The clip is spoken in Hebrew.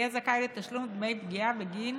יהיה זכאי לתשלום דמי פגיעה בגין